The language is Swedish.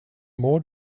mår